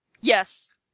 Yes